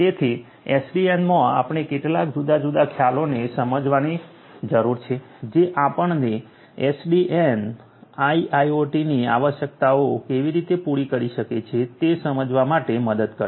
તેથી એસડીએનમાં આપણે કેટલાક જુદા જુદા ખ્યાલોને સમજવાની જરૂર છે જે આપણને એસડીએન IIOT ની આવશ્યકતાઓ કેવી રીતે પૂરી કરી શકે છે તે સમજવા માટે મદદ કરશે